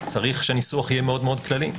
צריך שהניסוח יהיה מאוד כללי.